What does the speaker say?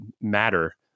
matter